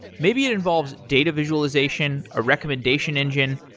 maybe it involves data visualization, a recommendation engine,